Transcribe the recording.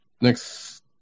next